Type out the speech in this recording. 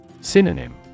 Synonym